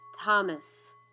thomas